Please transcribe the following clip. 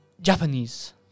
Japanese